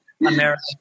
American